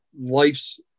life's